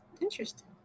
Interesting